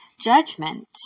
judgment